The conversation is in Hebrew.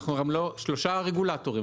שלושה רגולטורים,